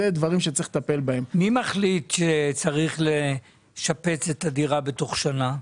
מי מחליט שצריך לשפץ את הדירה בתוך שנה?